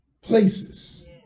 places